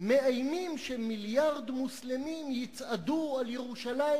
מאיימים שמיליארד מוסלמים יצעדו על ירושלים